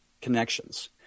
connections